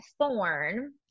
thorn